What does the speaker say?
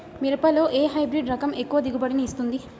మిరపలో ఏ హైబ్రిడ్ రకం ఎక్కువ దిగుబడిని ఇస్తుంది?